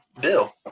Bill